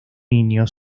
niño